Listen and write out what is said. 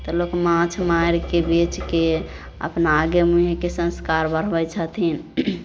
तऽ लोक माँछ मारिके बेचके अपना आगे मुँहेके संस्कार बढ़बै छथिन